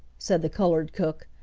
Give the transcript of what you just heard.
said the colored cook.